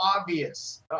obvious